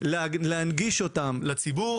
ולהנגיש אותם לציבור